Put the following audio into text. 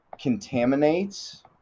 contaminates